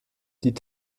die